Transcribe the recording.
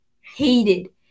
hated